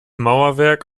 mauerwerk